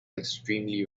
extremely